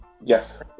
Yes